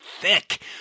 thick